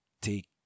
take